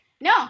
No